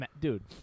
Dude